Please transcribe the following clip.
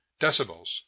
decibels